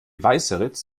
weißeritz